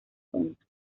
punto